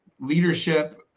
leadership